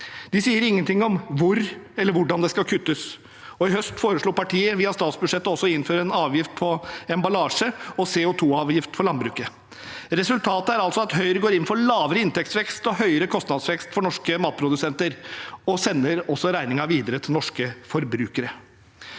De sier ingen ting om hvor eller hvordan det skal kuttes, og i høst foreslo partiet via statsbudsjettet også å innføre en avgift på emballasje og CO2-avgift for landbruket. Resultatet er altså at Høyre går inn for lavere inntektsvekst og høyere kostnadsvekst for norske matprodusenter og sender regningen videre til norske forbrukere.